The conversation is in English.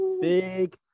Big